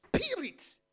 Spirit